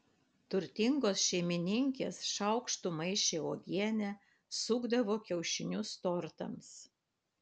turtingos šeimininkės šaukštu maišė uogienę sukdavo kiaušinius tortams